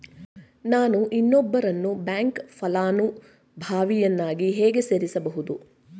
ನಾನು ಇನ್ನೊಬ್ಬರನ್ನು ಬ್ಯಾಂಕ್ ಫಲಾನುಭವಿಯನ್ನಾಗಿ ಹೇಗೆ ಸೇರಿಸಬಹುದು?